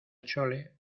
chole